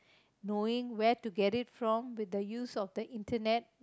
knowing where to get it from with the use of the Internet